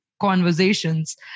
conversations